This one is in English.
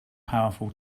powerful